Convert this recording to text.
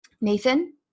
Nathan